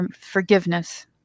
forgiveness